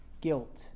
guilt